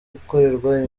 gukorerwa